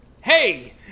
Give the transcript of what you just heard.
Hey